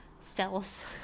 cells